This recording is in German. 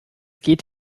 geht